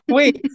Wait